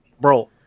Bro